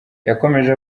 yakomeje